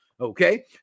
Okay